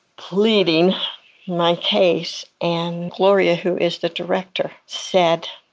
pleading my case, and gloria, who is the director, said,